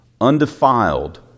undefiled